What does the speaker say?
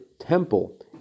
temple